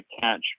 catch